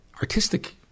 artistic